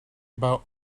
about